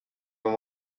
only